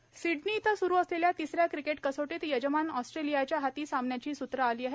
cricket Sydney इथं सुरू असलेल्या तिसऱ्या क्रिकेट कसोटीत यजमान ऑस्ट्रेलियाच्या हाती सामन्याची सूत्रे आली आहेत